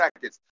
seconds